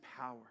power